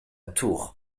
tour